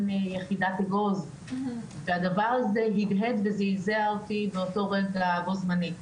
יחידת אגוז?' והדבר הזה הדהד וזעזע אותי באותו רגע בו זמנית,